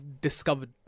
discovered